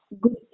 good